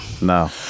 No